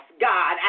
God